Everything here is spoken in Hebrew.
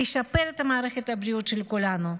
תשפר את מערכת הבריאות של כולנו,